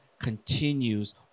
continues